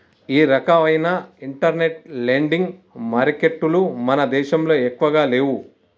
ఈ రకవైన internet lending మారికెట్టులు మన దేశంలో ఎక్కువగా లేవు